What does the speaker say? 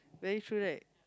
very true right